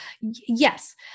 Yes